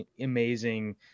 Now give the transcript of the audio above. amazing